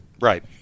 right